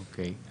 אוקיי,